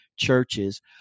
churches